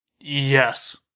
Yes